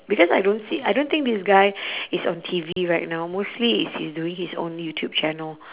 because I don't see I don't think this guy is on T_V right now mostly is he's doing his own youtube channel